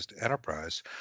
enterprise